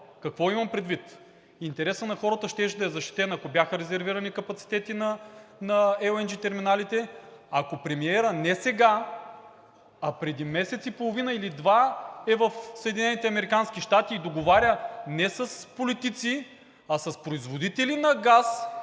Какво имам предвид? Интересът на хората щеше да е защитен, ако бяха резервирани капацитетите на LNG терминалите, ако премиерът не сега, а преди месец и половина или два е в Съединените американски щати и договаря не с политици, а с производители на газ